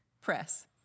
Press